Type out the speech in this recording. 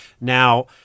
Now